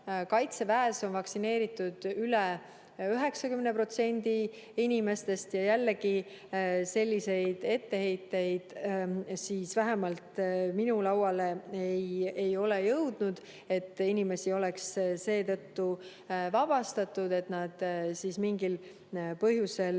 Kaitseväes on vaktsineeritud üle 90% inimestest. Ja jällegi, selliseid etteheiteid vähemalt minu lauale ei ole jõudnud, et inimesi oleks vabastatud seetõttu, et nad mingil põhjusel